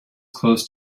close